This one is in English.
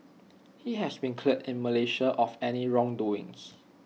he has been cleared in Malaysia of any wrongdoing